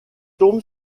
tombe